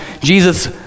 Jesus